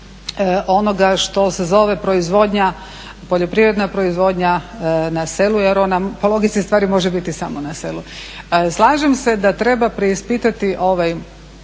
onoga što se zove proizvodnja, poljoprivredna proizvodnja na selu jer ona po logici stvari može biti samo na selu. Slažem se da treba preispitati ovaj